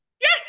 Yes